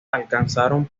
alcanzaron